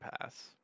pass